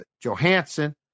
Johansson